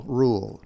rule